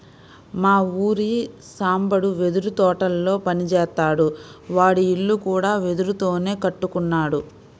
మా ఊరి సాంబడు వెదురు తోటల్లో పని జేత్తాడు, వాడి ఇల్లు కూడా వెదురుతోనే కట్టుకున్నాడు